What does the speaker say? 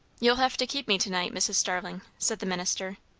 you'll have to keep me to-night, mrs. starling, said the minister.